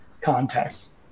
context